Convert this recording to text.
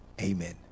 amen